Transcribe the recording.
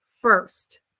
first